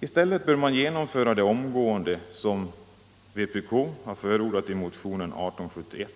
I stället bör man genomföra pensionsålderssänkningen omgående såsom vpk har förordat i motionen 1871.